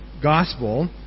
gospel